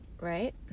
Right